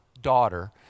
daughter